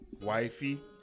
Wifey